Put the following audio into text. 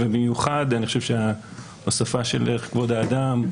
ובמיוחד אני חושב שההוספה של ערך כבוד האדם,